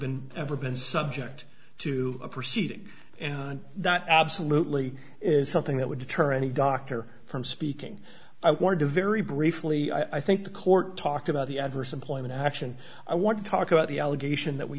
been ever been subject to a proceeding and that absolutely is something that would deter any doctor from speaking i wanted to very briefly i think the court talked about the adverse employment action i want to talk about the allegation that we